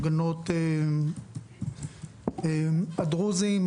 הפגנות הדרוזים,